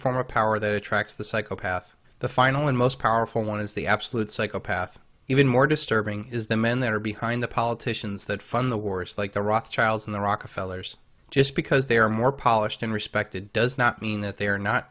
form of power that attracts the psychopaths the final and most powerful one is the absolute psychopath even more disturbing is the men that are behind the politicians that fund the wars like the rock child and the rockefeller's just because they are more polished and respected does not mean that they are not